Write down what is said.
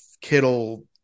Kittle